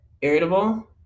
irritable